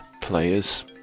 players